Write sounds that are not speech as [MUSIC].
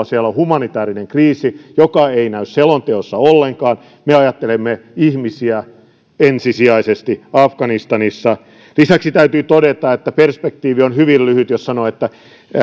[UNINTELLIGIBLE] siellä on humanitäärinen kriisi mikä ei näy selonteossa ollenkaan me ajattelemme ensisijaisesti ihmisiä afganistanissa lisäksi täytyy todeta että perspektiivi on hyvin lyhyt jos sanoo että